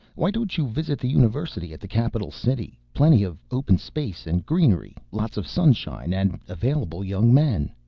why don't you visit the university at the capital city? plenty of open space and greenery, lots of sunshine and available young men!